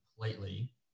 completely